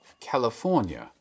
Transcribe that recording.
California